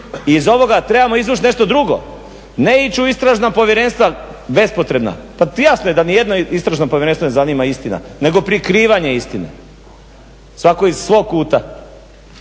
Iz ovog trebamo izvući nešto drugo. Ne ići u istražna povjerenstva bespotrebna. Pa jasno je da nijedno istražno povjerenstvo ne zanima istina, nego prikrivanje istine svako iz svog kuta.